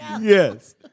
Yes